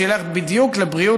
שילך בדיוק לבריאות,